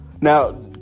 Now